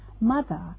mother